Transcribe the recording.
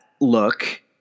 look